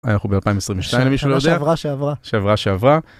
אנחנו ב-2022 אם מישהו לא יודע שעברה שעברה שעברה.